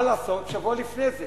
מה לעשות, שבוע לפני זה